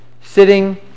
sitting